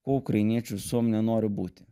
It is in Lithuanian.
ko ukrainiečių visuomenė nori būti